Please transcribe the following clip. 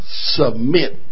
submit